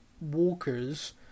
walkers